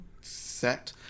Set